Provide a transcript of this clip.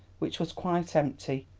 which was quite empty,